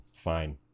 fine